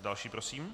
Další prosím.